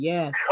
Yes